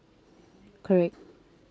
correct